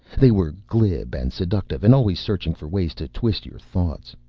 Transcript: they were glib and seductive and always searching for ways to twist your thoughts.